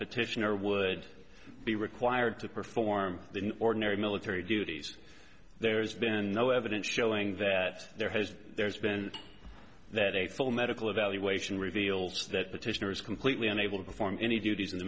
petitioner would be required to perform in ordinary military duties there's been no evidence showing that there has been that a full medical evaluation reveals that petitioner is completely unable to perform any duties in the